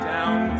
Down